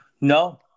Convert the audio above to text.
no